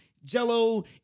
jello